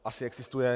Asi existuje.